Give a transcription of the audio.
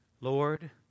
Lord